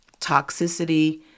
toxicity